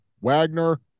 Wagner